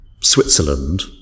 Switzerland